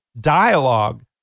dialogue